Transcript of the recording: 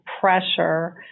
pressure